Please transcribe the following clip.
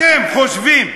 אתם חושבים,